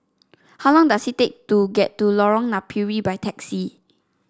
how long does it take to get to Lorong Napiri by taxi